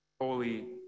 holy